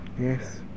Yes